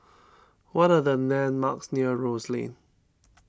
what are the landmarks near Rose Lane